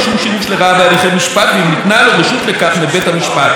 שימוש לרעה בהליכי משפט ואם ניתנה לו רשות לכך מבית המשפט.